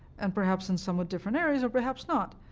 and perhaps in somewhat different areas, or perhaps not.